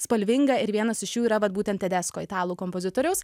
spalvinga ir vienas iš jų yra vat būtent tedesko italų kompozitoriaus